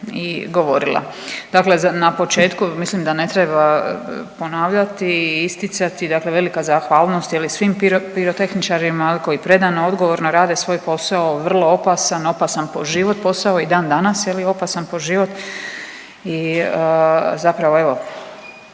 i govorila. Dakle na početku mislim da ne treba ponavljati i isticati, dakle velika zahvalnost, je li, svim pirotehničarima, je li, koji predano, odgovorno rade svoj posao, vrlo opasan, opasan po život posao i dandanas, je li, opasan po život i zapravo, evo,